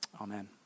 Amen